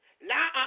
Now